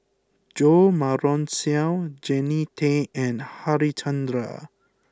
Jo Marion Seow Jannie Tay and Harichandra